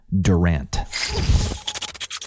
Durant